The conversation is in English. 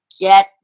get